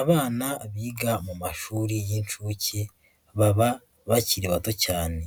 Abana biga mu mashuri y'incuke baba bakiri bato cyane,